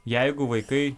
jeigu vaikai